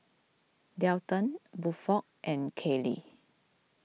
Delton Buford and Kayli